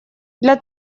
для